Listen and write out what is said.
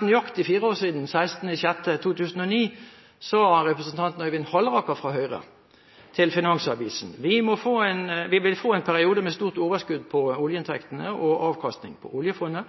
nøyaktig fire år siden, 16. juni 2009, sa representanten Øyvind Halleraker fra Høyre til Finansavisen at man vil få en periode med stort overskudd på oljeinntektene og avkastning på oljefondet